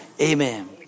Amen